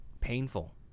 painful